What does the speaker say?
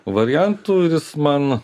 variantų ir jis man